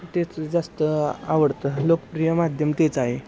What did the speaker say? तेच जास्त आवडतं लोकप्रिय माध्यम तेच आहे